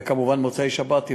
וכמובן במוצאי-שבת,